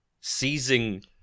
seizing